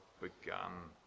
begun